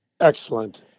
Excellent